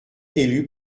élus